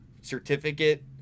certificate